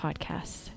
podcasts